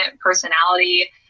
personality